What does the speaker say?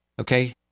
Okay